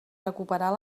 recuperar